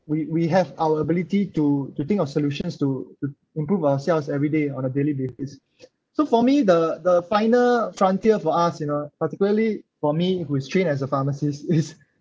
we we have our ability to to think of solutions to improve ourselves every day on a daily basis so for me the the final frontier for us you know particularly for me who is trained as a pharmacist is